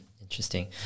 Interesting